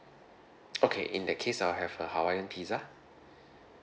okay in that case I'll have a hawaiian pizza